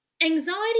Anxiety